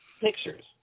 pictures